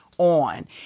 on